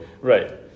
Right